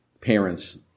parents